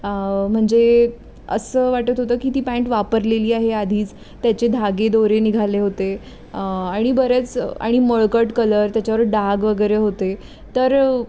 आ म्हणजे असं वाटत होतं की ती पॅन्ट वापरलेली आहे आधीच त्याचे धागे दोरे निघाले होते आणि बरेच आणि मळकट कलर त्याच्यावर डाग वगैरे होते तर